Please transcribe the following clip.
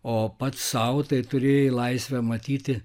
o pat sau tai turėjai laisvę matyti